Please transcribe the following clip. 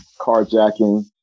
carjacking